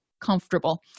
comfortable